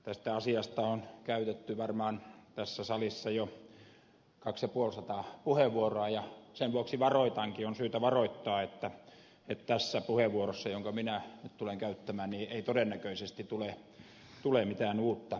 tästä asiasta on käytetty tässä salissa varmaan jo kaksi ja puolisataa puheenvuoroa ja siksi onkin syytä varoittaa että tässä puheenvuorossa jonka minä nyt tulen käyttämään ei todennäköisesti tule mitään uutta näkökulmaa